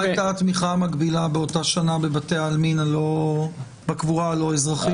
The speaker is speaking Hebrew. מה היתה התמיכה המקבילה באותה שנה בבתי העלמין בקבורה הלא אזרחית?